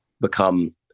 become